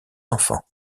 enfants